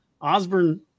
Osborne